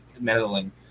meddling